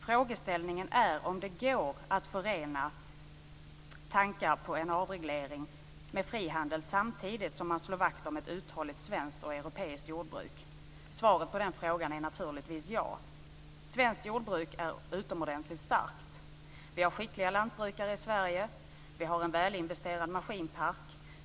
Frågeställningen är om det går att förena tankar på en avreglering med frihandel samtidigt som man slår vakt om ett uthålligt svenskt och europeiskt jordbruk. Svaret på den frågan är naturligtvis ja. Svenskt jordbruk är utomordentligt starkt. Vi har skickliga lantbrukare i Sverige. Vi har en välinvesterad maskinpark.